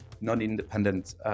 non-independent